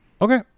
Okay